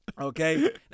Okay